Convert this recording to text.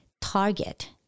target